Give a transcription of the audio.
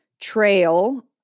Trail